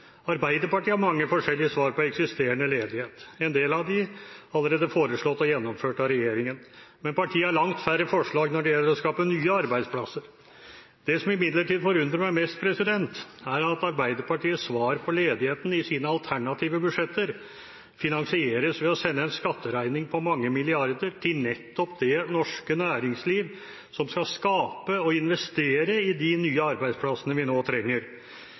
Arbeiderpartiet har mange forskjellige svar på eksisterende ledighet – en del av dem allerede foreslått og gjennomført av regjeringen. Men partiet har langt færre forslag når det gjelder å skape nye arbeidsplasser. Det som imidlertid forundrer meg mest, er at Arbeiderpartiets svar på ledigheten i sine alternative budsjetter finansieres ved å sende en skatteregning på mange milliarder til nettopp det norske næringsliv som skal skape og investere i de nye arbeidsplassene vi nå trenger.